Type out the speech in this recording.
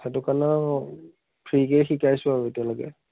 সেইটো কাৰণে ফ্ৰীকে শিকাইছোঁ আৰু এতিয়ালৈকে